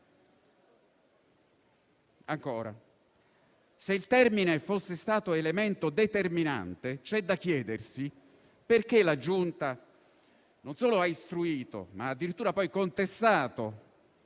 se il termine fosse stato un elemento determinante, c'è da chiedersi perché la Giunta non solo abbia istruito, ma abbia addirittura poi contestato